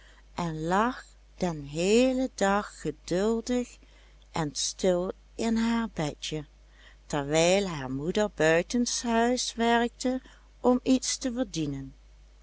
het lag den heelen dag geduldig en stil in haar bedje terwijl haar moeder buitenshuis werkte om iets te verdienen